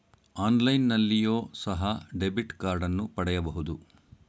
ಆನ್ಲೈನ್ನಲ್ಲಿಯೋ ಸಹ ಡೆಬಿಟ್ ಕಾರ್ಡನ್ನು ಪಡೆಯಬಹುದು